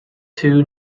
two